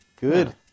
Good